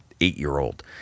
eight-year-old